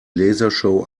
lasershow